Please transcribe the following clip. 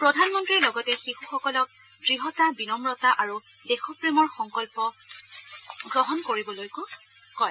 প্ৰধানমন্ত্ৰীয়ে লগতে শিশুসকলক দ্য়তা বিনম্নতা আৰু দেশপ্ৰেমৰ সংকল্প গ্ৰহণ কৰিবলৈও কয়